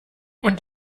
und